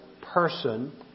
person